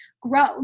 grow